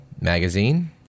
magazine